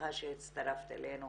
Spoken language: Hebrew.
שמחה שהצטרפת אלינו.